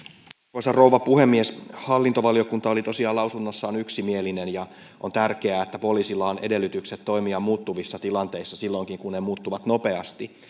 arvoisa puhemies hallintovaliokunta oli tosiaan lausunnossaan yksimielinen ja on tärkeää että poliisilla on edellytykset toimia muuttuvissa tilanteissa silloinkin kun ne muuttuvat nopeasti